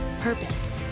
purpose